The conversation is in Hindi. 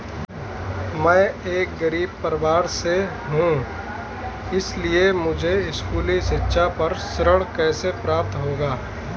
मैं एक गरीब परिवार से हूं इसलिए मुझे स्कूली शिक्षा पर ऋण कैसे प्राप्त होगा?